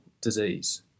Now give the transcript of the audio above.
disease